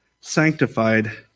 sanctified